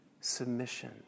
submission